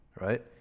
right